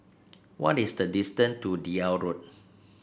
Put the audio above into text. what is the distant to Deal Road